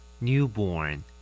Newborn